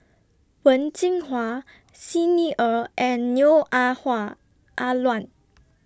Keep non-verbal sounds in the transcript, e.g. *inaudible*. Wen Jinhua Xi Ni Er and Neo Ah *unintelligible* Ah Luan